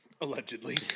Allegedly